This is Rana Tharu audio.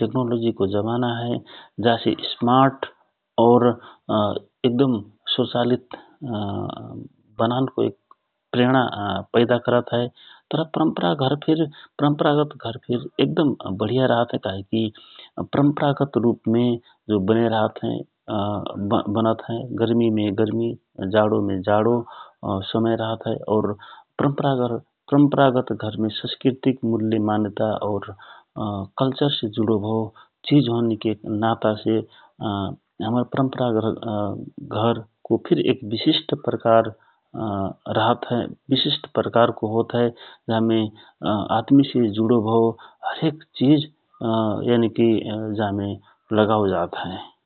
टेक्नोलोजीको जमाना हए जासे समार्ट और एक दम सोचालित बनानको प्रेणा पैदा करत हए । तर परम्परागत फिर परम्परागत घर फिर एक दम बढिया रहत हए काहे कि परम्परागत रूपमे बनेरहत हए गर्मि मे गर्मि और जाडो मे जाडो समय रहत हए और परम्परागत घरमे संस्कृतिक मन्यता कल्चर से जुडो भव चिज होन के नाता से हमर परम्परागत घरको एक विश्ष्टि प्रकारको रहत हए । जामे आदमीसे जुडो भौ हरेक चिज जा मे लगाव जात हए ।